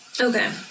Okay